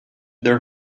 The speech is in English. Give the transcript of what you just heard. their